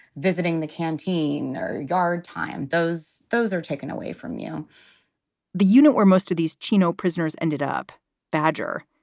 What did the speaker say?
visiting the canteen or guard time. those those are taken away from you the unit where most of these chino prisoners ended up badger,